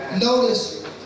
Notice